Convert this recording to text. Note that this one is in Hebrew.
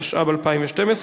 (רשיון לשירות מודיעין),